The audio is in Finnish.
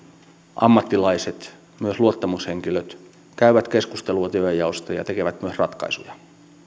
ammattilaiset myös luottamushenkilöt käyvät keskustelua työnjaosta ja tekevät myös ratkaisuja